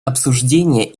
обсуждения